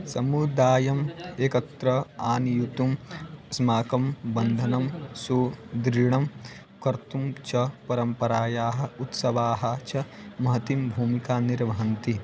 समुदायम् एकत्र आनेतुम् अस्माकं बन्धनं सुदृढं कर्तुं च परम्परायाः उत्सवाः च महतीं भूमिकां निर्वहन्ति